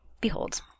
Behold